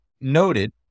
noted